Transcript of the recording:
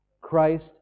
Christ